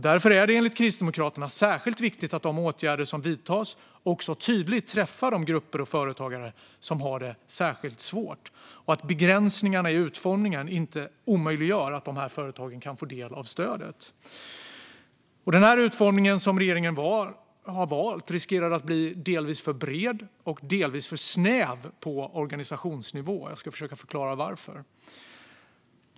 Därför är det enligt Kristdemokraterna särskilt viktigt att de åtgärder som vidtas tydligt träffar de grupper och företagare som har det särskilt svårt och att begränsningarna i utformningen inte omöjliggör att dessa företag kan få del av stödet. Den utformning som regeringen har valt riskerar att bli både delvis för bred och delvis för snäv på organisationsnivå. Jag ska försöka förklara varför.